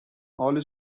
all